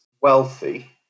wealthy